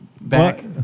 Back